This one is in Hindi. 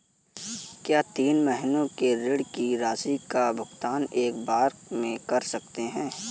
क्या तीन महीने के ऋण की राशि का भुगतान एक बार में कर सकते हैं?